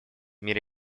мире